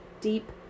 deep